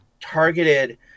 targeted